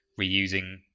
reusing